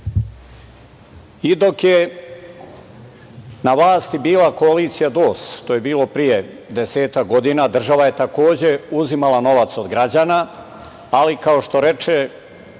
je na vlasti bila koalicija DOS, to je bilo pre desetak godina, država je takođe uzimala novac od građana, ali kao što reče